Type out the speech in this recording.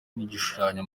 n’igishushanyo